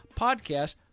podcast